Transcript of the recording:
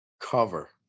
Cover